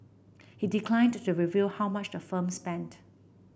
he declined to reveal how much the firm spent